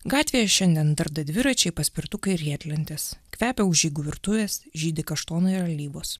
gatvėje šiandien dar du dviračiai paspirtukai riedlentės kvepia užeigų virtuvės žydi kaštonai ir alyvos